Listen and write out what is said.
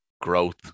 growth